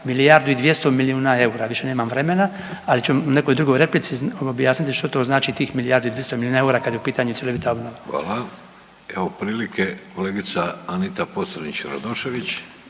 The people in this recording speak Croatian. milijardu i 200 milijuna eura, više nemam vremena, ali ću u nekoj drugoj replici objasniti što to znači tih milijardu i 200 milijuna eura kad je u pitanju cjelovita obnova. **Vidović, Davorko (Socijaldemokrati)** Hvala.